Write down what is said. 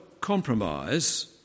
compromise